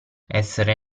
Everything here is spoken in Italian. essere